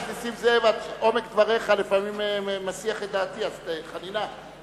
לפעמים, עומק דבריך מסיח את דעתי, אז חנינה.